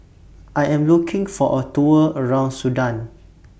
I Am looking For A Tour around Sudan